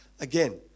again